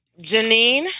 Janine